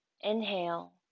Inhale